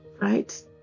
right